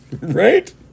right